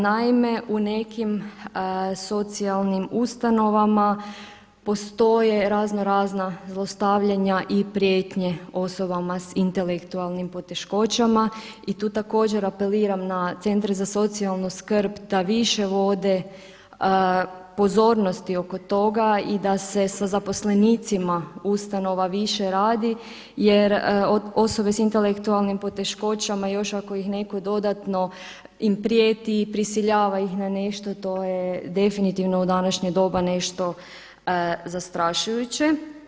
Naime, u nekim socijalnim ustanovama postoje raznorazna dostavljanja i prijetnje osobama s intelektualnim poteškoćama i tu također apeliram na centre za socijalnu skrb da više voda pozornosti oko toga i da se sa zaposlenicima ustanova više radi jer osobe s intelektualnim poteškoćama još ako ih neko dodatno im prijeti i prisiljava ih na nešto to je definitivno u današnje doba nešto zastrašujuće.